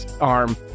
arm